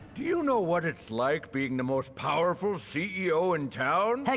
do you know what it's like being the most powerful ceo in town? heck,